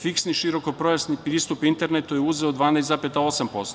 Fiksni, širokopojasni pristup internetu je uzeo 12,8%